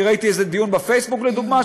ראיתי איזה דיון בפייסבוק לדוגמה,